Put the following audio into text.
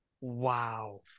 Wow